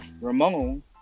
Ramon